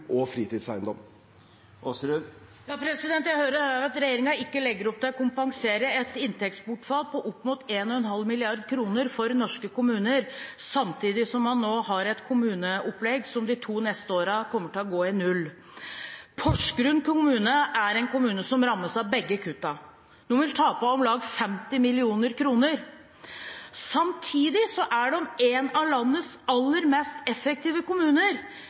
og fritidseiendom. Jeg hører her at regjeringen ikke legger opp til å kompensere et inntektsbortfall på opp mot 1,5 mrd. kr for norske kommuner samtidig som man nå har et kommuneopplegg som de to neste årene kommer til å gå i null. Porsgrunn kommune er en kommune som rammes av begge kuttene. De vil tape om lag 50 mill. kr. Samtidig er de en av landets aller mest effektive kommuner,